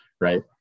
right